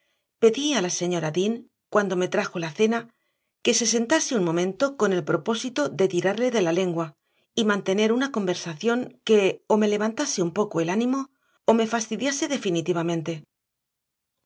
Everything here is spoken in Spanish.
pedí a la señora dean cuando me trajo la cena que se sentase un momento con el propósito de tirarle de la lengua y mantener una conversación que o me levantase un poco el ánimo o me fastidiase definitivamente